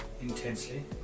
Intensely